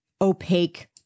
opaque